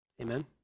Amen